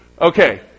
Okay